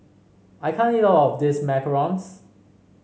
I can't eat all of this macarons